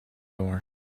door